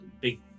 big